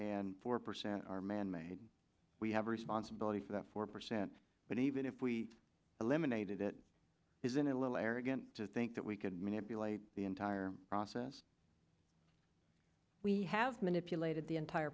and four percent are manmade we have responsibility for that four percent but even if we eliminated it isn't it a little arrogant to think that we can manipulate the entire process we have manipulated the entire